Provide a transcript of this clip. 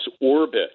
orbit